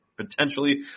potentially